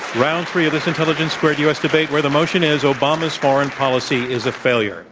round three of this intelligence squared u. s. debate where the motion is obama's foreign policy is a failure.